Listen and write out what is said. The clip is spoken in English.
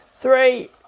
Three